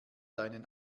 deinen